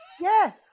Yes